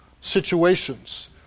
situations